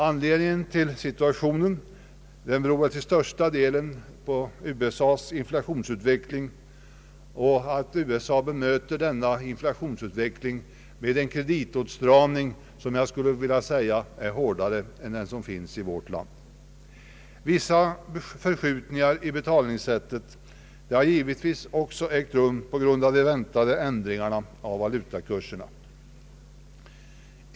Anledningen till den uppkomna situationen är väl till största delen USA:s inflationsutveckling och att USA bemöter inflationsutvecklingen med en kreditåtstramning som jag skulle vilja påstå är hårdare än den i vårt land. Vissa förskjutningar i betalningssättet har givetvis också ägt rum på grund av de väntade ändringarna av valutakurserna.